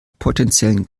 potenziellen